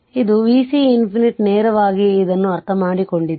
ಇದು vc ∞ ನೇರವಾಗಿ ಇದನ್ನು ಅರ್ಥಮಾಡಿಕೊಂಡಿದ್ದೇನೆ